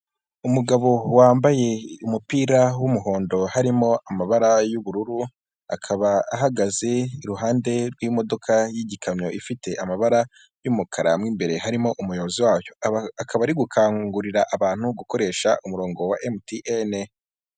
Umugabo wambaye umupira w'umuhondo harimo amabara y'ubururu, akaba ahagaze iruhande rw'imodoka y'igikamyo ifite amabara y'umukara, imbere harimo umuyobozi wayoba ari gukangurira abantu gukoresha umurongo wa MTN.